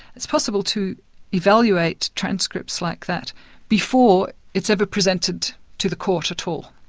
it's possible to evaluate transcripts like that before it's ever presented to the court at all,